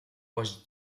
was